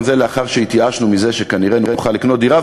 זה לאחר שהתייאשנו מזה שכנראה נוכל לקנות דירה.